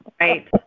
Right